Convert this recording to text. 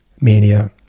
mania